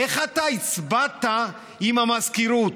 איך אתה הצבעת עם המזכירות?